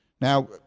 Now